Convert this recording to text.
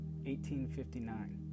1859